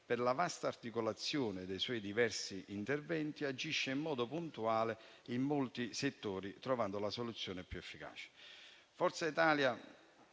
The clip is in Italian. per la vasta articolazione dei suoi diversi interventi agisce in modo puntuale in molti settori, trovando la soluzione più efficace. Forza Italia